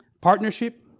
partnership